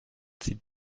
sie